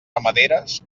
ramaderes